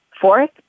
Fourth